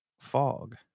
fog